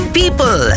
people